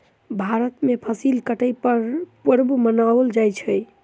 भारत में फसिल कटै पर पर्व मनाओल जाइत अछि